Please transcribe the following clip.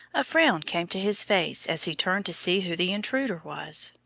a frown came to his face as he turned to see who the intruder was,